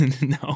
No